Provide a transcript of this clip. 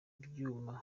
byuma